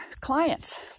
clients